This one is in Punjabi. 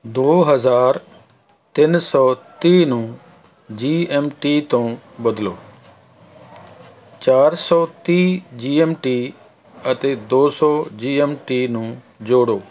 ਦੋ ਹਜ਼ਾਰ ਤਿੰਨ ਸੌ ਤੀਹ ਨੂੰ ਜੀ ਐੱਮ ਟੀ ਤੋਂ ਬਦਲੋ ਚਾਰ ਸੌ ਤੀਹ ਜੀ ਐੱਮ ਟੀ ਅਤੇ ਦੋ ਸੌ ਜੀ ਐੱਮ ਟੀ ਨੂੰ ਜੋੜੋ